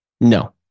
No